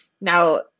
Now